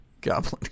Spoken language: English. Goblin